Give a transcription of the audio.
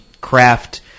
craft